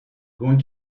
going